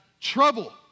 trouble